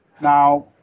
Now